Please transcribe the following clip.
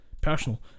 personal